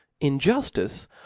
injustice